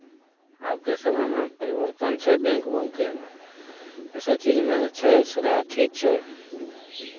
आबके समयमे परिवर्तन छै बैंक उङ्कके एहि सभ चीजमे छै सुविधा ठीक छै